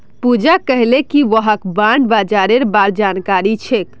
पूजा कहले कि वहाक बॉण्ड बाजारेर बार जानकारी छेक